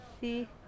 see